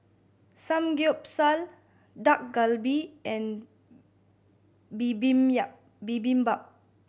Samgeyopsal Dak Galbi and Bibimbap